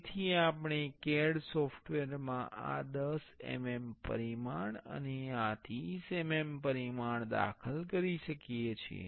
તેથી આપણે CAD software માં આ 10 mm પરિમાણ અને આ 30 mm પરિમાણ દાખલ કરી શકીએ છીએ